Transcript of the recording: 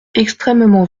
extrêmement